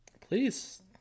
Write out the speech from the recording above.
Please